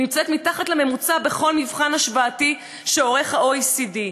נמצאת מתחת לממוצע בכל מבחן השוואתי שעורך ה-OECD.